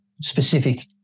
specific